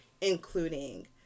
including